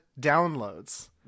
downloads